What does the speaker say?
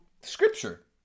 scripture